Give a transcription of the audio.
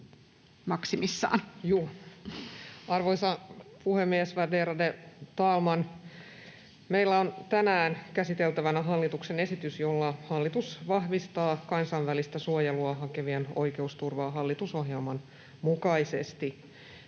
Arvoisa puhemies, värderade talman! Meillä on tänään käsiteltävänä hallituksen esitys, jolla hallitus vahvistaa kansainvälistä suojelua hakevien oikeusturvaa hallitusohjelman mukaisesti.